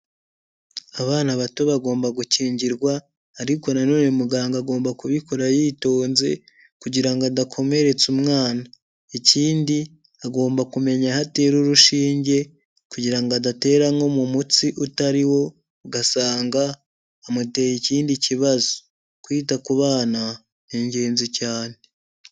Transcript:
Abana bato bagomba gukingirwa, ariko nanone muganga agomba kubikora yitonze, kugira adakomeretsa umwana. Ikindi agomba kumenya aho atera urushinge, kugira adatera nko mu mutsi utari wo, ugasanga amuteye ikindi kibazo. Kwita ku bana ni ingenzi cyane.